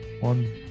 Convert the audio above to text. One